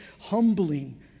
humbling